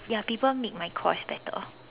ya people make my course better